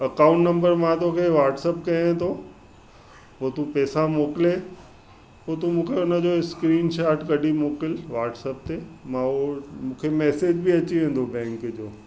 account number मां तोखे WhatsApp कया थो पोइ तू पेसा मोकिले पोइ तू मूंखे उनजो स्क्रीन शॉट कढी मोकिल वाट्सअप ते मां उहो मूंखे मेसिज बि अची वेंदो बैंक जो